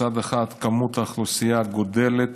מצד אחד האוכלוסייה גדלה,